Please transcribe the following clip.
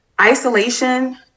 Isolation